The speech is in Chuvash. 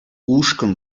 ушкӑн